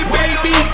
baby